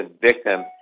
victim